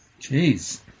Jeez